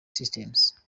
systems